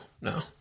no